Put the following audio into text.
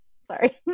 sorry